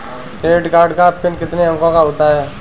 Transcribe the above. Credit card का PIN कितने अंकों का होता है?